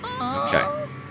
Okay